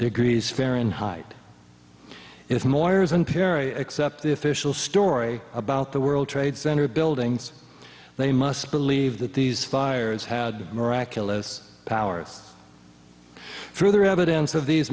degrees farenheit if morrison perry accept the official story about the world trade center buildings they must believe that these fires had miraculous powers further evidence of these